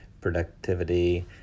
productivity